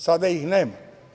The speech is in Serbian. Sada ih nema.